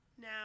Now